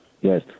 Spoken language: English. Yes